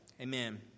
Amen